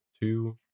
two